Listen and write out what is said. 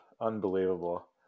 Unbelievable